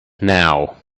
now